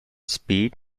speed